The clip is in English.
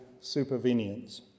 supervenience